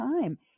time